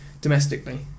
domestically